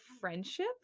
friendship